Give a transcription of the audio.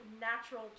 natural